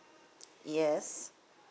yes